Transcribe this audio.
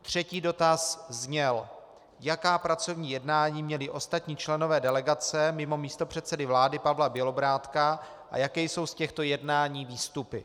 Třetí dotaz zněl: Jaká pracovní jednání měli ostatní členové delegace mimo místopředsedy vlády Pavla Bělobrádka a jaké jsou z těchto jednání výstupy?